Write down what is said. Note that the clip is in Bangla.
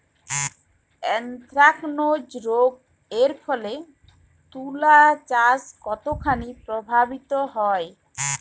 এ্যানথ্রাকনোজ রোগ এর ফলে তুলাচাষ কতখানি প্রভাবিত হয়?